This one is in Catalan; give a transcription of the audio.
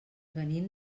venim